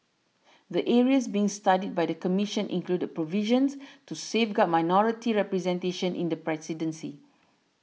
the areas being studied by the Commission include provisions to safeguard minority representation in the presidency